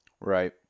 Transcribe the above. Right